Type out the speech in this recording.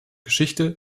geschichte